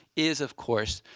is of course,